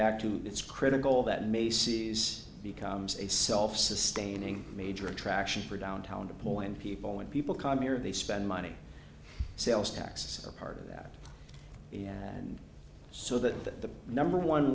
back to it's critical that macy's becomes a self sustaining major attraction for downtown to point people when people come here they spend money sales taxes are part of that and so that the number one